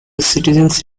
citizens